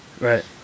Right